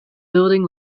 building